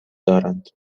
دارند